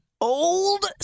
Old